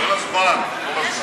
כל הזמן, כל הזמן.